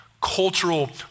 cultural